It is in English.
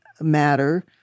matter